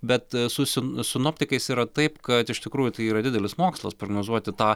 bet su sin sinoptikais yra taip kad iš tikrųjų tai yra didelis mokslas prognozuoti tą